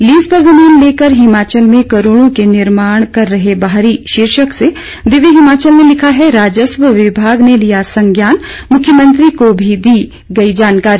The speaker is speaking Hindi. लीज पर जमीन लेकर हिमाचल में करोड़ों के निर्माण कर रहे बाहरी शीर्षक से दिव्य हिमाचल ने लिखा है राजस्व विभाग ने लिया संज्ञान मुख्यमंत्री को भी दी गई जानकारी